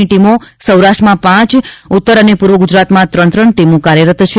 ની ટીમો સૌરાષ્ટ્રમાં પાંચ ટીમો ઉત્તર અને પૂર્વ ગુજરાતમાં ત્રણ ત્રણ ટીમો કાર્યરત છે